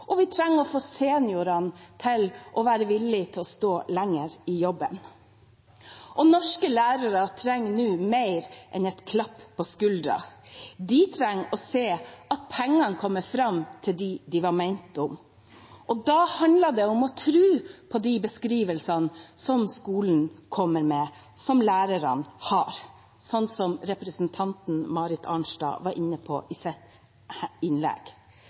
Vi trenger å få seniorene til å være villige til å stå lenger i jobben. Norske lærere trenger nå mer enn et klapp på skulderen. De trenger å se at pengene kommer fram til dem de var ment for. Da handler det om å tro på de beskrivelsene som skolen kommer med, som lærerne har, sånn som representanten Marit Arnstad var inne på i sitt innlegg.